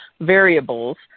variables